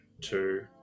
two